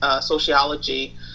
sociology